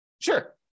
Sure